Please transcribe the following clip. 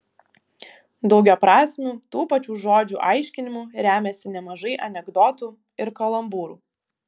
daugiaprasmiu tų pačių žodžių aiškinimu remiasi nemažai anekdotų ir kalambūrų